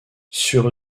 sur